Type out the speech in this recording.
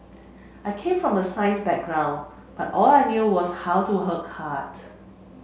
I came from a science background and all I knew was how to card